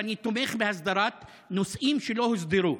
אני תומך בהסדרת נושאים שלא הוסדרו,